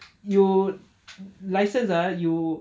you license ah you